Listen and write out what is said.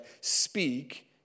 Speak